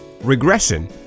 Regression